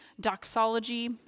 doxology